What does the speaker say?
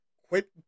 Quit